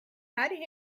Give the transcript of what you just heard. had